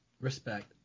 respect